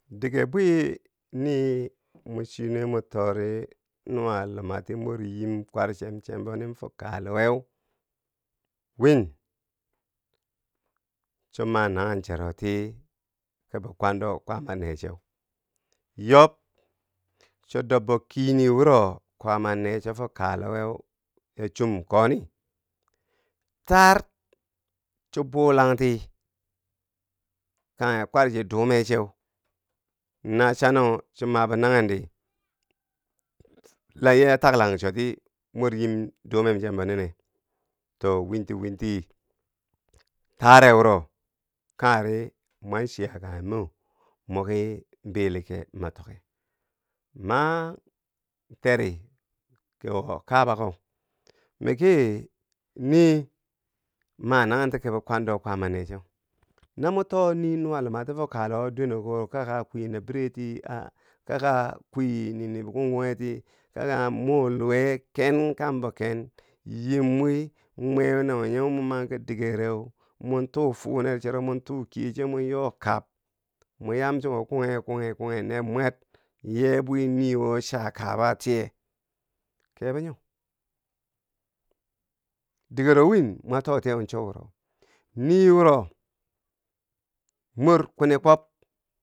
Dige bwi nii mo chi nuwe mo toori nuwa lumati mor yiim kwarche chembonin fo kaleh weu, win, choma nanghen cheroti kibi kwando kwaama nee cheu, yob cho dob kini wuro kwaama nee cho fo kaleh weu achum koni, taar cho bulangti kanghe kwarche dume cheu, na cha no cho ma bo nanghendi, layee a taklang cho ti mor yim dume chembo nine. to winti winti taare wuro kangheri mwan chiya kanghe mo moki bilenkee ma tokke, man teri ki wo kabako, miki nii ma nanghen ti kibi kwando kwaama neeche, na mo too nii nuwa lumati fo kalehwo duweneko wo kaka kwi na bireti, kaka kwi nini bikungkughe ti kaka muu luwe ken kembo ken yim wi mwe na wonye mo man ki dige reu montuu funer chero montuu kuye che mon yo kab, mo yam chiko kunghe, kunghe, kunghe ner mwer, yee bwi niwo cha kaba tiye, kebo nyo, digero wiin mwa to tiye chowuro, nii wuro mor kwini kwob.